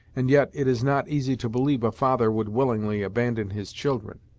and yet, it is not easy to believe a father would willingly abandon his children!